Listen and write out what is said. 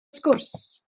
sgwrs